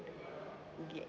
get